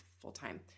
full-time